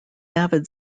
avid